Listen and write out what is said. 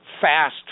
fast